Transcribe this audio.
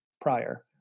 prior